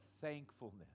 thankfulness